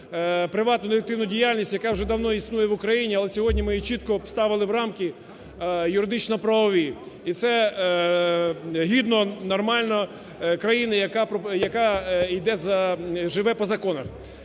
детективну діяльність, яка вже давно існує в Україні, але сьогодні ми її чітко вставили в рамки юридично-правові, і це гідно, нормально для країни, яка йде… живе по законах.